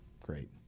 Great